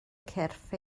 cyrff